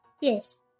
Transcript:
Yes